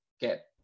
get